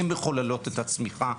הן מחוללות את הצמיחה,